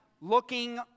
looking